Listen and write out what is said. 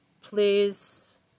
please